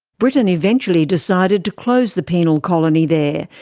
britain eventually decided to close the penal colony there,